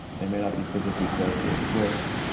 they may not be physically close to a switch,